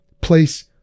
place